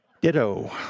ditto